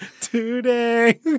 Today